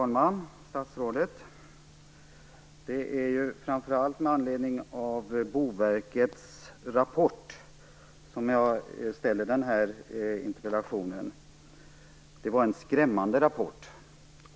Herr talman! Det är framför allt med anledning av Boverkets rapport som jag ställde den här interpellationen. Det var en skrämmande rapport.